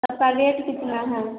सबका रेट कितना है